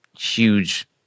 huge